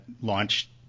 launched